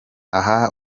aha